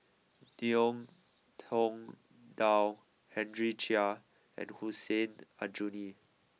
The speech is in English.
Ngiam Tong Dow Henry Chia and Hussein Aljunied